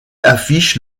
affiche